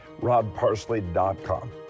robparsley.com